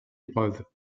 épreuve